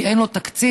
כי אין לו תקציב,